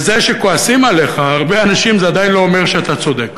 וזה שכועסים עליך הרבה אנשים זה עדיין לא אומר שאתה צודק.